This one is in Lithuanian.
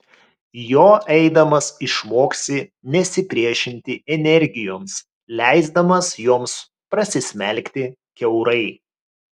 juo eidamas išmoksi nesipriešinti energijoms leisdamas joms prasismelkti kiaurai